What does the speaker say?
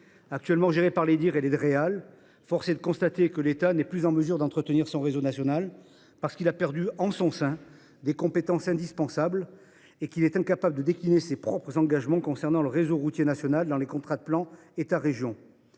actuellement géré par les DIR et les Dreal, force est de constater que l’État n’est plus en mesure d’entretenir le réseau national. Il a en effet perdu des compétences indispensables et se montre incapable de décliner ses propres engagements relatifs au réseau routier national dans les contrats de plan État région